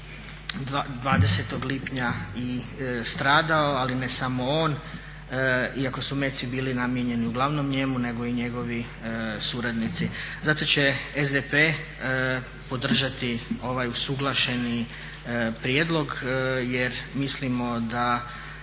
20. lipnja i stradao ali ne samo on iako su meci bili namijenjeni uglavnom njemu nego i njegovi suradnici. Zato će SDP podržati ovaj usuglašeni prijedlog jer mislimo da